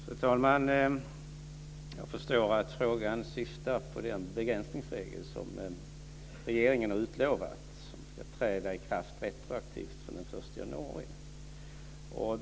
Herr talman! Jag förstår att frågan syftar på den begränsningsregel som regeringen har utlovat och som ska träda i kraft retroaktivt från den 1 januari.